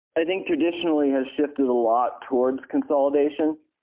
i think traditionally has shifted a lot towards consolidation,